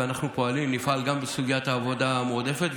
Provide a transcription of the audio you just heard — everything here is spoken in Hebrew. ואנחנו פועלים ונפעל גם בסוגיית העבודה המועדפת,